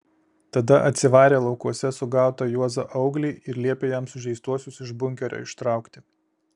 tada atsivarė laukuose sugautą juozą auglį ir liepė jam sužeistuosius iš bunkerio ištraukti